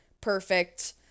perfect